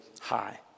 high